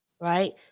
right